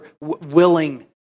willing